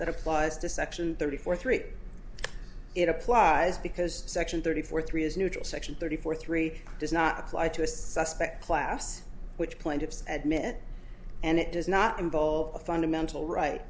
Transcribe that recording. that applies to section thirty four three it applies because section thirty four three is neutral section thirty four three does not apply to a suspect class which point it's admit and it does not involve a fundamental right